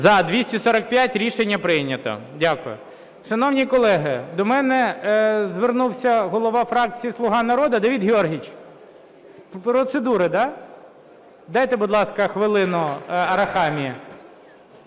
За-245 Рішення прийнято. Дякую. Шановні колеги, до мене звернувся голова фракції "Слуга народу". Давиде Георгійовичу, з процедури? Дайте, будь ласка, хвилину Арахамії.